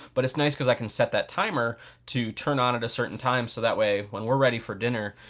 but it's nice cause i can set that timer to turn on at a certain time so that way, when we're ready for dinner,